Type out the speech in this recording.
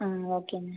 ah okay ma'am